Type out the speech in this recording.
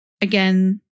again